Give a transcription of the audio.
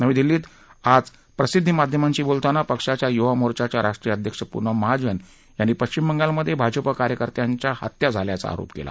नवी दिल्लीत आज प्रसिद्धी माध्यमांशी बोलताना पक्षाच्या युवा मोर्चाच्या राष्ट्रीय अध्यक्ष पुनम महाजन यांनी पश्चिम बंगालमधे भाजपा कार्यकर्त्यांच्या हत्या झाल्याचा आरोप केला